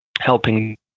helping